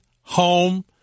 home